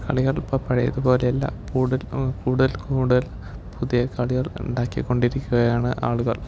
കളികൾ ഇപ്പോൾ പഴയത് പോലെയല്ല കൂടു കൂടുതൽ കൂടുതൽ പുതിയ കളികൾ ഉണ്ടാക്കി കൊണ്ടിരിക്കുകയാണ് ആളുകൾ